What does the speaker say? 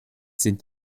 sind